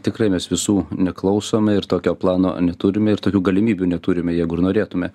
tikrai mes visų neklausome ir tokio plano neturime ir tokių galimybių neturime jeigu ir norėtume